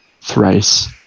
Thrice